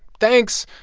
thanks,